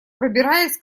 пробираясь